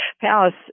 Palace